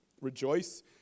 Rejoice